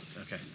okay